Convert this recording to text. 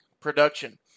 production